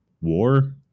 war